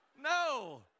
No